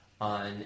on